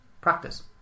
practice